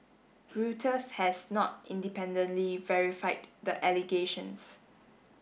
Reuters has not independently verified the allegations